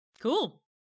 Cool